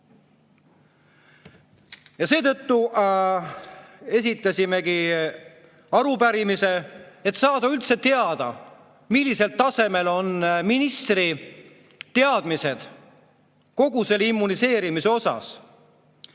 Seetõttu esitasimegi arupärimise, et saada üldse teada, millisel tasemel on ministri teadmised kogu selle immuniseerimise osas.